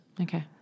Okay